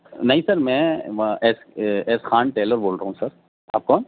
نہیں سر میں S S Khan tailor بول رہا ہوں سر آپ کون